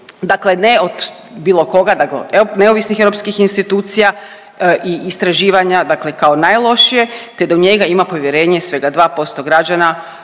dakle ne od bilo koga nego neovisnih europskih institucija i istraživanja dakle kao najlošije te da u njega ima povjerenje svega 2% građana,